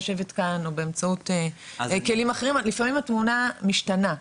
יושבת כאן או באמצעות כלים אחרים לפעמים התמונה משתנה.